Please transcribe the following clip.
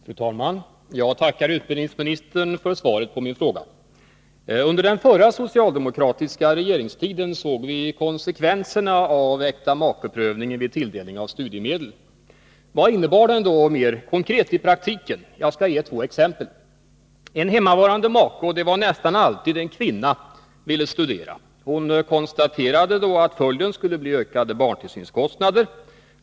Fru talman! Jag tackar utbildningsministern för svaret på min fråga. Under den förra socialdemokratiska regeringstiden såg vi konsekvenserna av äktamakeprövningen vid tilldelning av studiemedel. Vad innebar då äktemakeprövningen konkret i praktiken? Låt mig ge två exempel: En hemmavarande make — och det var nästan alltid en kvinna — ville studera. Hon konstaterade då att följden skulle bli ökade barntillsynskostnader.